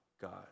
God